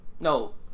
No